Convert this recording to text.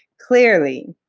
clearly,